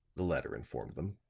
the latter informed them.